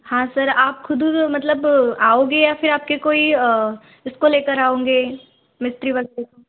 हाँ सर आप ख़ुद ही वो मतलब आओगे या फिर आपके कोई उसको लेकर आओगे मिस्त्री वगैरह